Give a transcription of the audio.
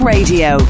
Radio